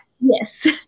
Yes